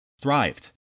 thrived